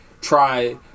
try